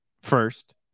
first